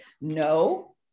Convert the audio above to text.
no